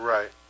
Right